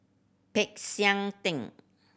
Peck San Theng